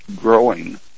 growing